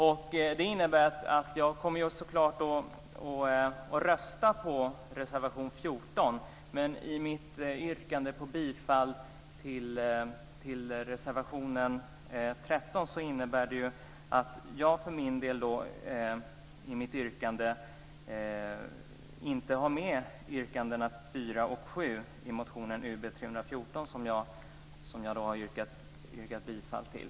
Det här innebär att jag kommer att rösta på reservation 14, men för mitt yrkande om bifall till reservation 13 innebär det att jag i mitt yrkande inte har med yrkandena 4 och 7 i motion Ub314, vilka jag hade yrkat bifall till.